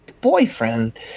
boyfriend